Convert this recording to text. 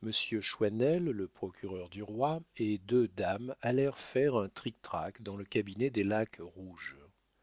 monsieur choisnel le procureur du roi et deux dames allèrent faire un trictrac dans le cabinet des laques rouges